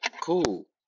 cool